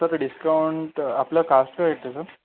sir discount आपलं cost काय आहे तसं